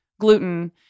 gluten –